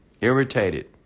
irritated